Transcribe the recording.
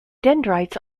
dendrites